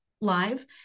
live